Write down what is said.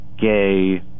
Gay